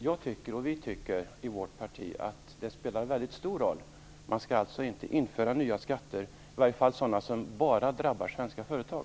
Jag och mitt parti tycker däremot att det spelar en väldigt stor roll. Man skall inte införa nya skatter, i alla fall inte sådana som bara drabbar svenska företag.